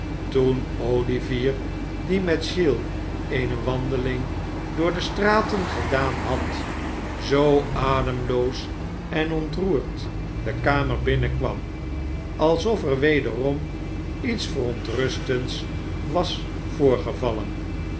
toen olivier die met giles eene wandeling door de straten gedaan had zoo ademloos en ontroerd de kamer binnenkwam alsof er wederom iets verontrustends was voorgevallen